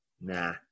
Nah